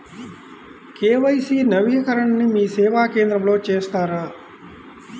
KYC నవీకరణని మీసేవా కేంద్రం లో చేస్తారా?